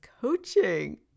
coaching